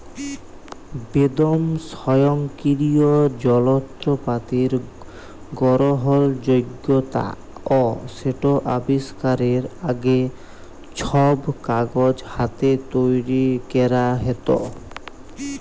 বেদম স্বয়ংকিরিয় জলত্রপাতির গরহলযগ্যতা অ সেট আবিষ্কারের আগে, ছব কাগজ হাতে তৈরি ক্যরা হ্যত